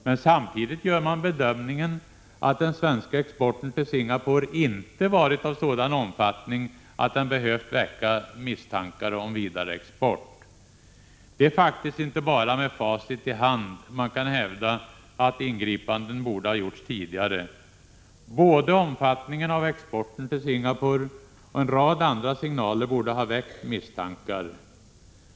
Men samtidigt gör man bedömningen att den svenska exporten till Singapore inte varit av sådan omfattning att den behövt väcka misstankar om vidareexport. Det är faktiskt inte bara ”med facit i hand” man kan hävda att ingripanden borde ha gjorts tidigare. Både omfattningen av exporten till Singapore och en rad andra signaler borde ha väckt misstankar.